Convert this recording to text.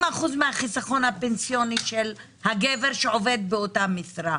70 אחוזים מהחיסכון הפנסיוני של הגבר שעובד באותה משרה.